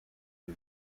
two